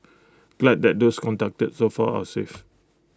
glad that those contacted so far are safe